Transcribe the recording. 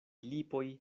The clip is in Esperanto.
lipoj